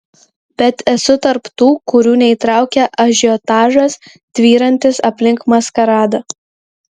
bet esu tarp tų kurių neįtraukia ažiotažas tvyrantis aplink maskaradą